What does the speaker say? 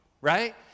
right